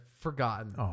forgotten